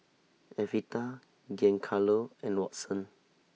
Evita Giancarlo and Watson